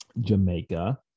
Jamaica